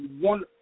one